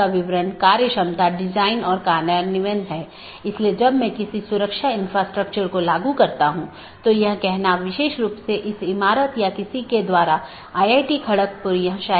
यह प्रत्येक सहकर्मी BGP EBGP साथियों में उपलब्ध होना चाहिए कि ये EBGP सहकर्मी आमतौर पर एक सीधे जुड़े हुए नेटवर्क को साझा करते हैं